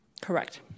Correct